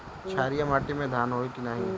क्षारिय माटी में धान होई की न?